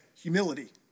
humility